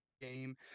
game